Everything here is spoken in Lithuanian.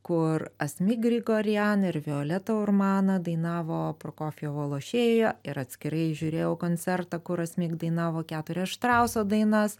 kur asmik grigorian ir violeta urmana dainavo prokofjevo lošėją ir atskirai žiūrėjau koncertą kur asmik dainavo keturias štrauso dainas